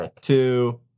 two